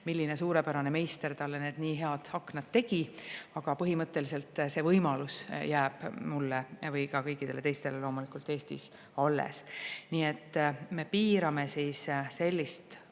milline suurepärane meister talle need nii head akna tegi, aga põhimõtteliselt see võimalus jääb mulle või ka kõikidele teistele loomulikult alles. Nii et me piirame sellist